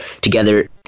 together